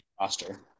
roster